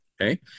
okay